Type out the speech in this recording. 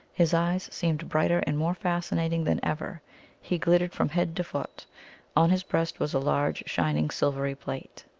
his eyes seemed brighter and more fascinating than ever he glittered from head to foot on his breast was a large shining sil very plate.